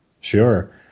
Sure